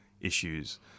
issues